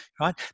right